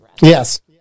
Yes